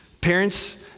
Parents